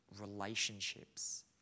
relationships